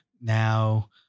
now